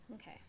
Okay